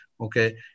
okay